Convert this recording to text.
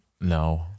No